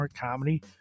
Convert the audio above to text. Comedy